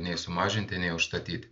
nei sumažinti nei užstatyti